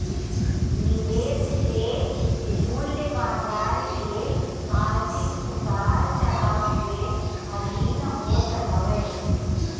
निवेश के मूल्य बाजार के आर्थिक उतार चढ़ाव के अधीन होत हवे